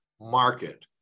market